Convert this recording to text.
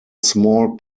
small